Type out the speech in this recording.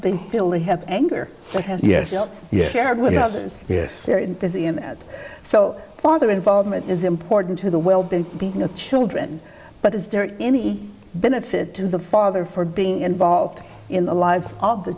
they feel they have anger yes yes yes so father involvement is important to the well being of children but is there any benefit to the father for being involved in the lives of the